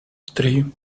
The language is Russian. три